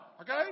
Okay